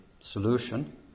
solution